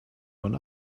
von